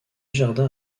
jardin